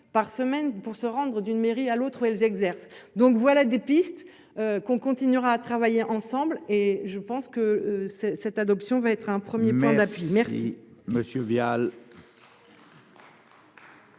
par semaine pour se rendre d'une mairie à l'autre, elles exercent donc voilà des pistes qu'on continuera à travailler ensemble et je pense que c'est cette adoption va être un 1er plan d'appui. Merci